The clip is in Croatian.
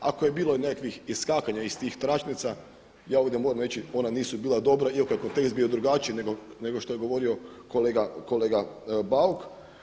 Ako je bilo i nekakvih iskakanja iz tih tračnica ja ovdje moram reći ona nisu bila dobra iako je test bio drugačiji nego što je govorio kolega Bauk.